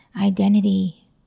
identity